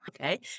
Okay